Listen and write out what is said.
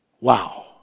Wow